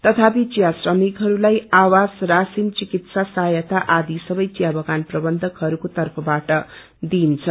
तथापि चिया श्रमिकहरूलाई आवास राशिन चिकित्सा सहायता आदि सबै चिया बगान प्रकन्थनहरूको तर्फबाट दिइदछ